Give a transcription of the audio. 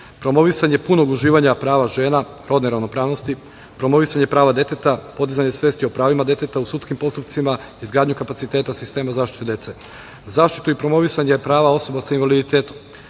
promovisanje punog uživanja prava žena, rodne ravnopravnosti, promovisanje prava deteta, podizanja svesti o pravima deteta u sudskim postupcima, izgradnju kapaciteta sistema zaštite dece, zaštitu i promovisanje prava osoba sa invaliditetom,